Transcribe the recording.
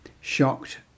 Shocked